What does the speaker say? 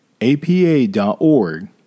APA.org